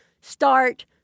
start